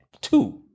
Two